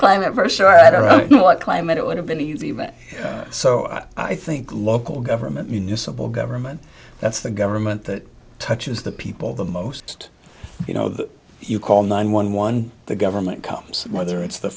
climate verster i don't know what climate it would have been easy but so i think local government municipal government that's the government that touches the people the most you know that you call nine one one the government comes whether it's the